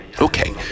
Okay